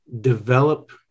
develop